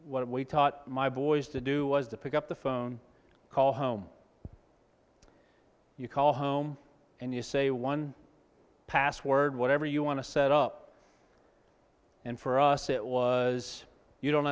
what we taught my boys to do was to pick up the phone call home you call home and you say one password whatever you want to set up and for us it was you don't